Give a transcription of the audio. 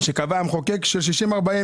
שקבע המחוקק של 60-40,